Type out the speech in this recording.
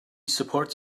supports